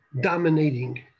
dominating